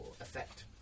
effect